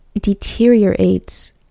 deteriorates